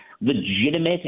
legitimate